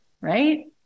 right